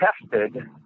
tested